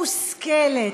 מושכלת,